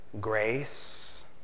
grace